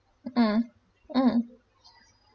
mm mm